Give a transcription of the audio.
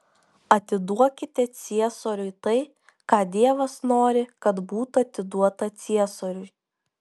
atiduokite ciesoriui tai ką dievas nori kad būtų atiduota ciesoriui